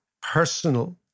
personal